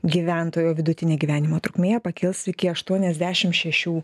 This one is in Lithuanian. gyventojų o vidutinė gyvenimo trukmė pakils iki aštuoniasdešim šešių